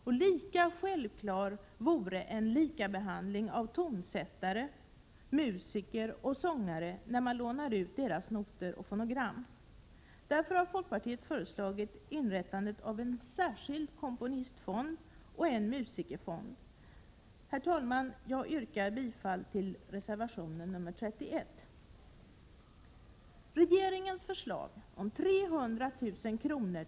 På samma sätt självklar vore en likartad behandling av tonsättare, musiker och sångare när man lånar ut deras noter och fonogram. Därför har folkpartiet föreslagit inrättandet av en särskild . komponistfond och en musikerfond. Herr talman! Jag yrkar bifall till reservation 31. Regeringens förslag om 300 000 kr.